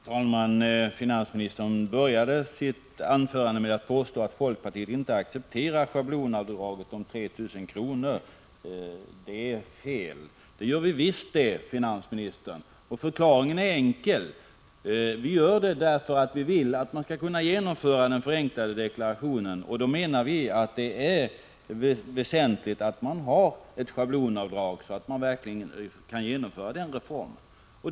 Fru talman! Finansministern började sitt anförande med att påstå att folkpartiet inte accepterar schablonavdraget på 3 000 kr. Det är fel. Det gör vi visst, finansministern. Förklaringen är enkel. Vi gör det därför att vi vill att man skall kunna genomföra den förenklade deklarationen. Då är det väsentligt att man har ett schablonavdrag så att man verkligen kan genomföra denna reform.